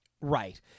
Right